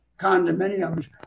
condominiums